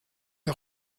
der